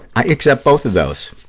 i accept both of those.